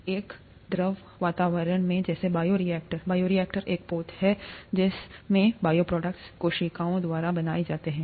एक द्रव वातावरण में जैसे बायोरिएक्टर बायोरिएक्टर एक पोत है जिसमेंबायोप्रोडक्ट्स कोशिकाओं द्वारा बनाए जाते हैं